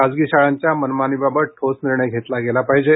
खासगी शाळांच्या मनमानी बाबत ठोस निर्णय घेतला गेला पाहिजे